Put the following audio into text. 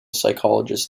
psychologists